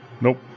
Nope